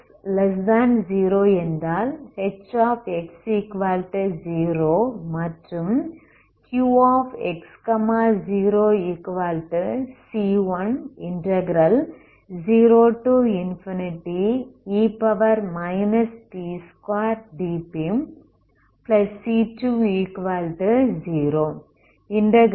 x0 என்றால் Hx0 மற்றும் Qx0c10 ∞e p2dpc20